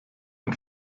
ein